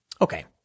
okay